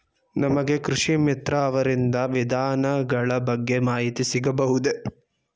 ನಮಗೆ ಕೃಷಿ ಮಿತ್ರ ಅವರಿಂದ ವಿಧಾನಗಳ ಬಗ್ಗೆ ಮಾಹಿತಿ ಸಿಗಬಹುದೇ?